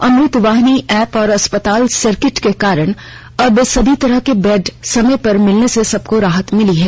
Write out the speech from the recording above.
अमृत Vahini app और अस्पताल circuit के कारण अब सभी तरह के बेड समय पर मिलने से सबको राहत मिली है